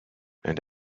and